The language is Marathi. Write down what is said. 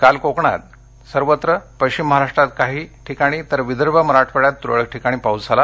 काल कोकणात सर्वत्र पश्चिम महाराष्ट्रात काही ठिकाणी तर विदर्भ मराठवाड्यात तुरळक ठिकाणी पाऊस झाला